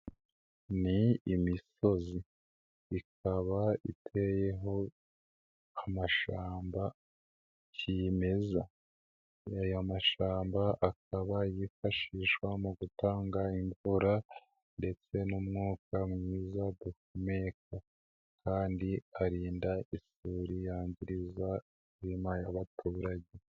Ni imisozi, ikaba iteyeho amashyamba kiyimeza, aya mashamba akaba yifashishwa mu gutanga imvura ndetse n'umwuka mwiza duhumeka, kandi arinda isuri yangiza imirima y'abaturage.